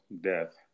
death